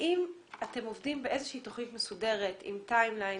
האם אתם עובדים באיזושהי תכנית מסודרת עם לוח זמנים,